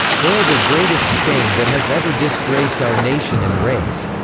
they are the greatest stain that has ever disgraced our nation and race.